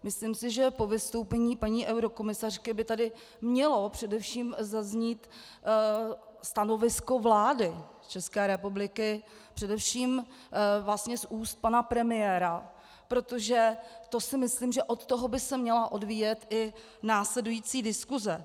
Myslím si, že po vystoupení paní eurokomisařky by tady mělo především zaznít stanovisko vlády České republiky, především vlastně z úst pana premiéra, protože to si myslím, že od toho by se měla odvíjet i následující diskuse.